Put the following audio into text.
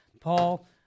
Paul